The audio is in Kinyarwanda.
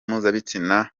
mpuzabitsina